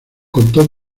contó